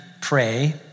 pray